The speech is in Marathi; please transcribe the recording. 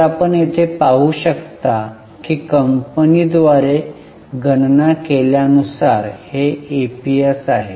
तर आपण येथे पाहू शकता की कंपनीद्वारे गणना केल्या नुसार हे ईपीएस आहे